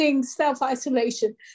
self-isolation